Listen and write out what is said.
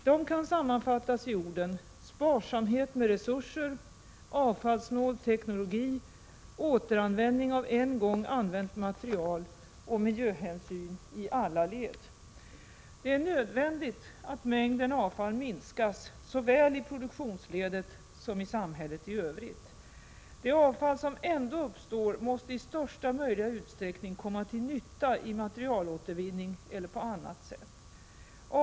De kan sammanfattas i orden: sparsamhet med resurer, avfallssnål teknologi, återanvändning av en gång använt material och miljöhänsyn i alla led. Det är nödvändigt att mängden avfall minskas såväl i produktionsledet 45 som i samhället i övrigt. Det avfall som ändå uppstår måste i största möjliga utsträckning komma till nytta i materialåtervinning eller på annat sätt.